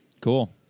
Cool